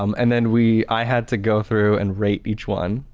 um and then we i had to go through and rate each one.